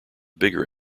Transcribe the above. bigger